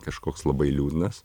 kažkoks labai liūdnas